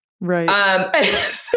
Right